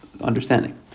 understanding